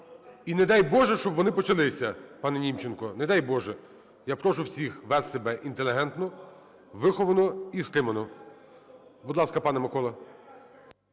і не дай Боже, щоб вони почалися, пане Німченко, не дай Боже. Я прошу всіх вести себе інтелігентно, виховано і стримано. Будь ласка, пане Миколо.